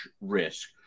risk